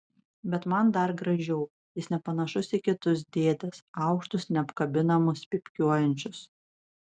bet man dar gražiau jis nepanašus į kitus dėdes aukštus neapkabinamus pypkiuojančius